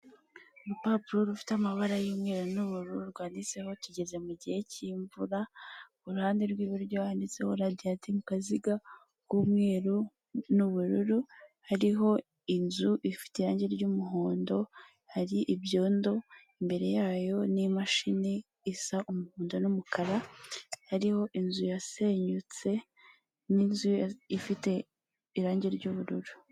Urupapuro rufite amabara y'umweru n'ubururu rwanditseho tugeze mu gihe cy'imvura ku ruhande rw'iburyo yanditseho radiyanti mu kaziga k'umweru n'ubururu hariho inzu ifite irangi ry'umuhondo hari ibyondo imbere yayo n'imashini isa umuhondo n'umukara, hariho inzu yasenyutse n'inzu ifite irangi ry'ubururu.